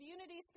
Unity